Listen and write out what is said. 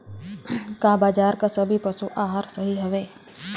का बाजार क सभी पशु आहार सही हवें?